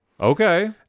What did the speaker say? Okay